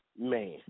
man